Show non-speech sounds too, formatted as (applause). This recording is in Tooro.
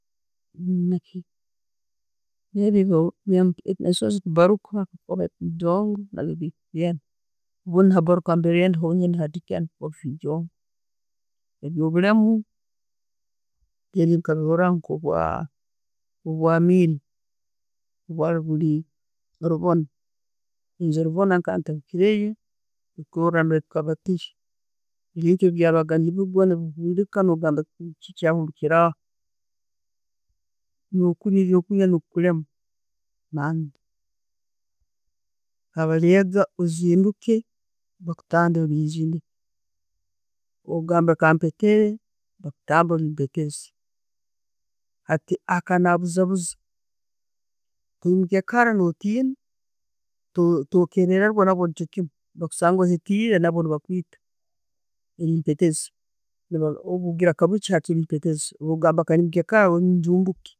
(noise) Ebyo, byoruzoozi kubaruka (unintelligible) obundi nabaruka nambire hendi henyiini. Ebyobulemu, nakabiroraho nko gwa'Amin gwali guli rubona. Rubona nkaba ntahikireyo nkurora nambiri tukaba tuli, ebyenju naroraga nebigwa no gamba kyahulikiraho no'kulya ebyokulya nekukulema (unintelligible) Kabalegyo ozinduke, bakutambe olinginiya, kakutande nka'mpetere, bakutambe olimuhetezi hati akaba nabuzabuza, oyimuke kara no'tiina, to'korerwa kusanga ohetiire, nabwo ne'bakwitta, olimuhetezi. Bwogamba nka bukya olimuhetezi, bwo gamba nka yimuke kara oli mujumbiiki.